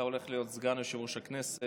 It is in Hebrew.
אתה הולך להיות סגן יושב-ראש הכנסת,